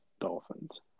Dolphins